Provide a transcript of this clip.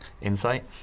Insight